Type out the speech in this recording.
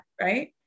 right